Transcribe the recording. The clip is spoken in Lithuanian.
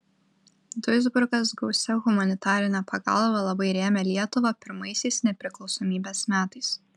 duisburgas gausia humanitarine pagalba labai rėmė lietuvą pirmaisiais nepriklausomybės metais